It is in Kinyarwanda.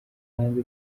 hanze